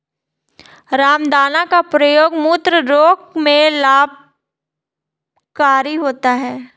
रामदाना का प्रयोग मूत्र रोग में लाभकारी होता है